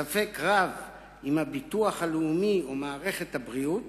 ספק רב אם הביטוח הלאומי או מערכת הבריאות